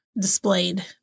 displayed